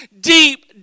deep